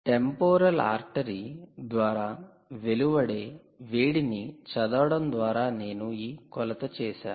temporal artery ద్వారా వెలువడే వేడిని చదవడం ద్వారా నేను ఈ కొలత చేసాను